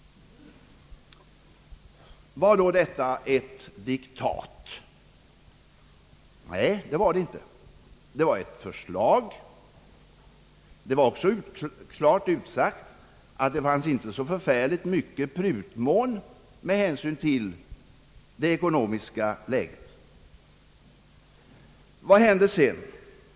Var då detta ett »diktat»? Nej, det var det inte! Det var ett förslag. Det var även klart utsagt att det inte fanns så förfärligt stor prutmån med hänsyn till det ekonomiska läget. Vad hände sedan?